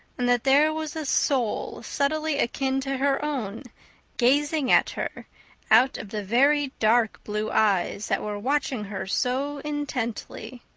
and that there was a soul subtly akin to her own gazing at her out of the very dark blue eyes that were watching her so intently.